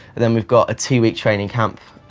then we've got a two-week training camp.